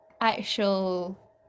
actual